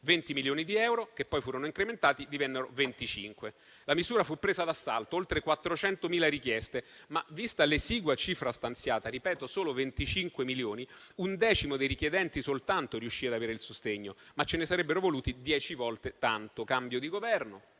20 milioni di euro, che poi furono incrementati divenendo 25. La misura fu presa d'assalto con oltre 400.000 richieste. Vista però l'esigua cifra stanziata - solo 25 milioni - soltanto un decimo dei richiedenti riuscì ad avere il sostegno. Ce ne sarebbero voluti dieci volte tanto. Cambio di Governo,